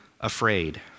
afraid